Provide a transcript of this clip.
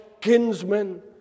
kinsmen